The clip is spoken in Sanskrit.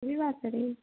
रविवासरे